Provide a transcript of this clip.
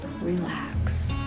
relax